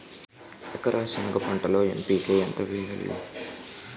ఎకర సెనగ పంటలో ఎన్.పి.కె ఎంత వేయాలి?